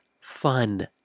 fun